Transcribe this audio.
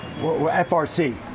FRC